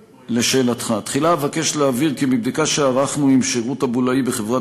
לשאלתך: תחילה אבקש להבהיר כי מבדיקה שערכנו עם השירות הבולאי בחברת